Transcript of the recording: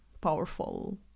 powerful